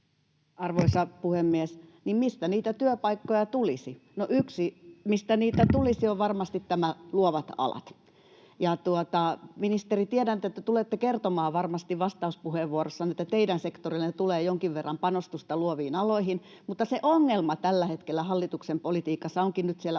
Arvoisa puhemies! Niin, mistä niitä työpaikkoja tulisi? No, yksi, mistä niitä tulisi, on varmasti tämä luovat alat. Ja, ministeri, tiedän, että te tulette kertomaan varmasti vastauspuheenvuorossanne, että teidän sektorillanne tulee jonkin verran panostusta luoviin aloihin, mutta se ongelma tällä hetkellä hallituksen politiikassa onkin nyt siellä